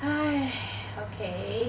okay